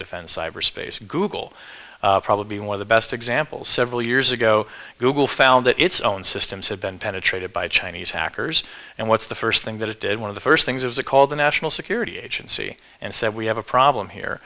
defend cyberspace google probably one of the best examples several years ago google found that its own systems have been penetrated by chinese hackers and what's the first thing that it did one of the first things of the called the national security agency and said we have a problem